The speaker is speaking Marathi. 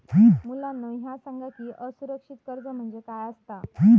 मुलांनो ह्या सांगा की असुरक्षित कर्ज म्हणजे काय आसता?